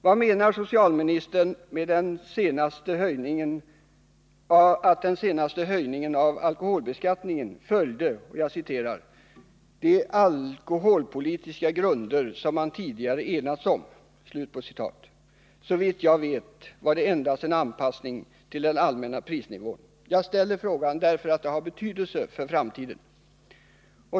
Vad menar socialministern med att den senaste höjningen av alkoholbeskattningen följde ”de alkoholpolitiska grunder som man tidigare enats om”? Såvitt jag vet var det endast en anpassning till den allmänna prisnivån. Jag ställer frågan därför att den har betydelse för framtiden.